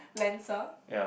Lancer